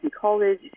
college